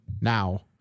now